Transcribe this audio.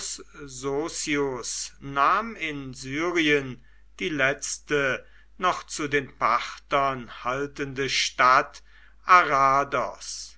nahm in syrien die letzte noch zu den parthern haltende stadt